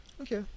okay